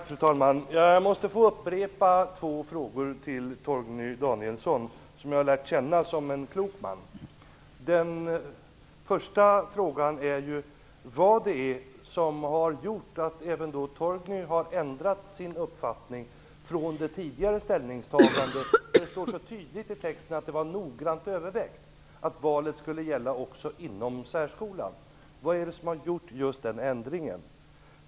Fru talman! Jag måste få upprepa två frågor till Torgny Danielsson, som jag har lärt känna som en klok man. Den första frågan är vad det är som har gjort att även Torgny har ändrat sin uppfattning från det tidigare ställningstagandet. Det står så tydligt i texten att det var noggrant övervägt att valet skulle gälla också inom särskolan. Vad är det som har motiverat just den ändringen?